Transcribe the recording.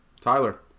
Tyler